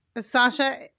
Sasha